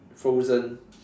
frozen